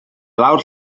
lawr